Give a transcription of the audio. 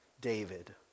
David